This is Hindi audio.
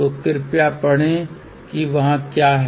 तो कृपया पढ़ें कि वहाँ क्या है